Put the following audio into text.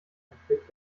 konflikt